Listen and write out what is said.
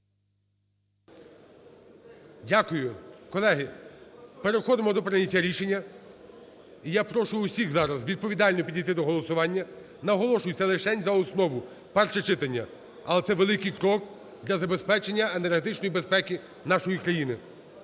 Дякую. Колеги, переходимо до прийняття рішення. Я прошу всіх зараз відповідально підійти до голосування. Наголошую, це лишень за основу, перше читання, але це великий крок для забезпечення енергетичної безпеки нашої країни.